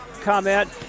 comment